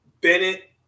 Bennett